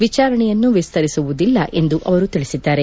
ವಿಚಾರಣೆಯನ್ನು ವಿಸ್ತರಿಸುವುದಿಲ್ಲ ಎಂದು ಅವರು ತಿಳಿಸಿದ್ದಾರೆ